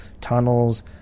tunnels